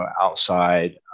outside